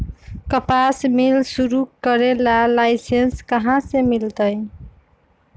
कपास मिल शुरू करे ला लाइसेन्स कहाँ से मिल तय